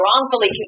wrongfully